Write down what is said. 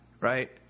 Right